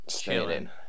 chilling